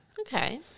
Okay